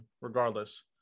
regardless